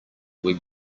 web